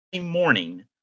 morning